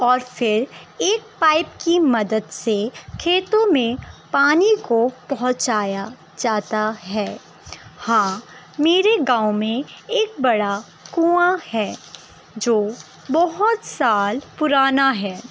اور پھر ایک پائپ کی مدد سے کھیتوں میں پانی کو پہنچایا جاتا ہے ہاں میرے گاؤں میں ایک بڑا کنواں ہے جو بہت سال پرانا ہے